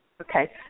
Okay